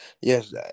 yes